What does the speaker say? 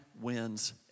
wins